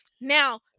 now